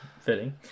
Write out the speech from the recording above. Fitting